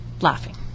laughing